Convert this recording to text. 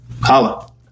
holla